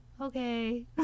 Okay